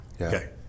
Okay